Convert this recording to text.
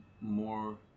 more